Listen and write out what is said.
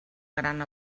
gran